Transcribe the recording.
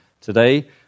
today